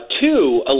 two